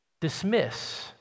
dismiss